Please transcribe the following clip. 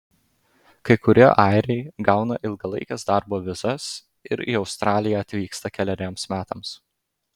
kai kurie airiai gauna ilgalaikes darbo vizas ir į australiją atvyksta keleriems metams